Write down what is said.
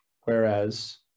Whereas